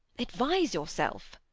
advise yourself.